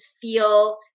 feel